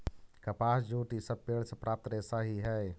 कपास, जूट इ सब पेड़ से प्राप्त रेशा ही हई